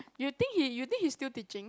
you think he you think he's still teaching